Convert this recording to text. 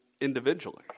individually